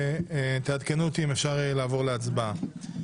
ותעדכנו אותי אם אפשר לעבור להצבעה.